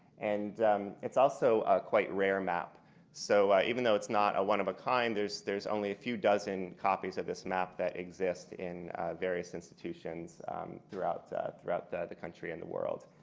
and it's also a quite rare-map. so even though it's not a one of a kind, there's there's only a few dozen copies of this map that exist in various institutions throughout throughout the the country and the world.